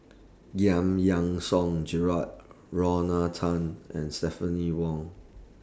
Giam Yean Song Gerald Lorna Tan and Stephanie Wong